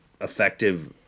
effective